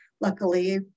luckily